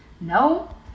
No